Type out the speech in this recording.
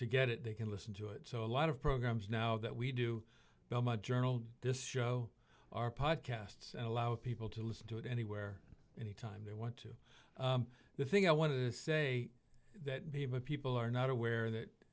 to get it they can listen to it so a lot of programs now that we do know my journal this show our podcasts allow people to listen to it anywhere anytime they want to the thing i want to say that people are not aware that